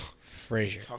Frazier